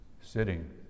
sitting